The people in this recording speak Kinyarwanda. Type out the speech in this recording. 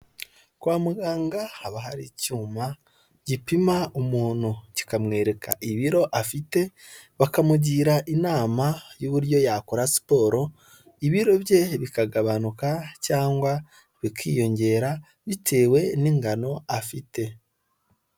Kwa muganga haba hari icyuma gipima umuntu kikamwereka ibiro afite, bakamugira inama y'uburyo yakora siporo ibiro bye bikagabanuka cyangwa bikiyongera bitewe n'ingano afite.